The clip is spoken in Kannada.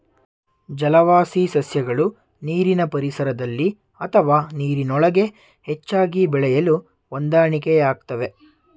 ಜಲವಾಸಿ ಸಸ್ಯಗಳು ನೀರಿನ ಪರಿಸರದಲ್ಲಿ ಅಥವಾ ನೀರಿನೊಳಗೆ ಹೆಚ್ಚಾಗಿ ಬೆಳೆಯಲು ಹೊಂದಾಣಿಕೆಯಾಗ್ತವೆ